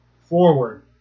forward